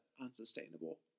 unsustainable